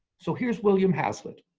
so here's william hazlett